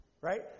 Right